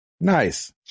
Nice